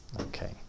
okay